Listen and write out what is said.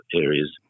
areas